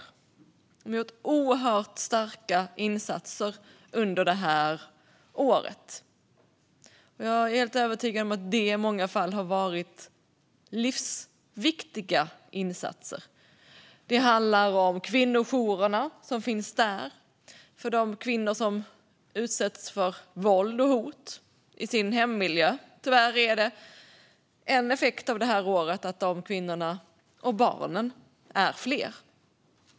De har gjort oerhört starka insatser under det här året. Jag är övertygad om att det i många fall har varit livsviktiga insatser. Det handlar om kvinnojourerna som finns där för de kvinnor som utsätts för våld och hot i sin hemmiljö. Tyvärr är det en effekt av det här året att de kvinnorna och barnen är fler.